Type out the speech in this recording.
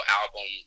album